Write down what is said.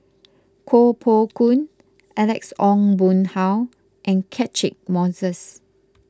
Koh Poh Koon Alex Ong Boon Hau and Catchick Moses